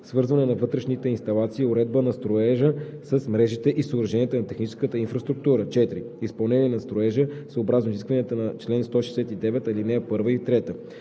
свързване на вътрешните инсталации и уредби на строежа с мрежите и съоръженията на техническата инфраструктура; 4. изпълнение на строежа съобразно изискванията на чл. 169, ал. 1 и 3; 5.